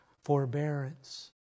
Forbearance